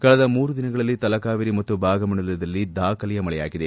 ಕಳೆದ ಮೂರು ದಿನಗಳಲ್ಲಿ ತಲಕಾವೇರಿ ಮತ್ತು ಭಾಗಮಂಡಲದಲ್ಲಿ ದಾಖಲೆಯ ಮಳೆಯಾಗಿದೆ